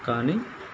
కానీ